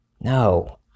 No